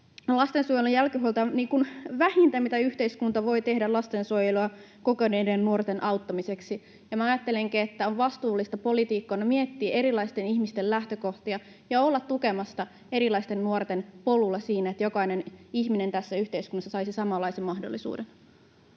lastensuojelun jälkihuolto on niin kuin vähintä, mitä yhteiskunta voi tehdä lastensuojelua kokeneiden nuorten auttamiseksi. Ja ajattelenkin, että on vastuullista poliitikkona miettiä erilaisten ihmisten lähtökohtia ja olla tukemassa erilaisten nuorten polulla niin, että jokainen ihminen tässä yhteiskunnassa saisi samanlaisen mahdollisuuden.